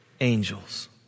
angels